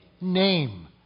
name